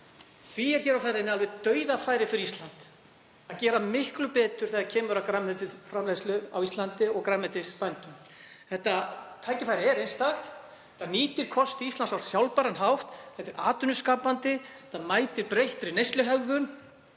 Því er hér á ferðinni alveg dauðafæri fyrir Ísland að gera miklu betur þegar kemur að grænmetisframleiðslu á Íslandi og grænmetisbændum. Þetta tækifæri er einstakt og nýtir kosti Íslands á sjálfbæran hátt. Þetta er atvinnuskapandi, mætir breyttri neysluhegðun